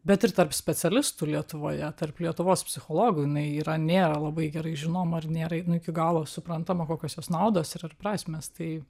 bet ir tarp specialistų lietuvoje tarp lietuvos psichologų jinai yra nėra labai gerai žinoma ar nėra jinai iki galo suprantama kokios jos naudos ir ar prasmės tai